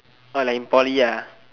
like in poly